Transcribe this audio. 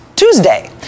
Tuesday